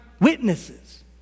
witnesses